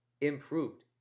improved